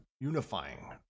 unifying